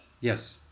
Yes